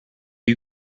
you